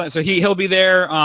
and so, he'll be there.